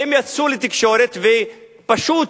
והם יצאו לתקשורת ופשוט